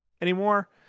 anymore